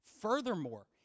Furthermore